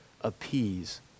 appease